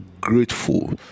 grateful